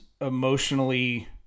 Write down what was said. emotionally